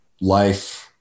life